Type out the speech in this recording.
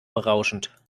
berauschend